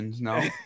no